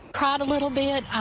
cried a little bit.